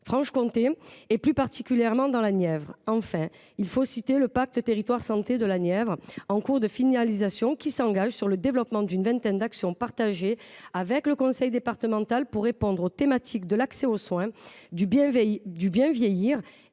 Bourgogne-Franche-Comté et plus particulièrement dans la Nièvre. Enfin, il faut citer le pacte territoire-santé de la Nièvre, en cours de finalisation, qui concrétise un engagement pour le développement d’une vingtaine d’actions partagées avec le conseil départemental afin de répondre aux thématiques de l’accès aux soins, du bien vieillir